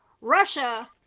russia